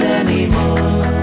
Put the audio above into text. anymore